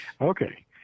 Okay